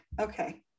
Okay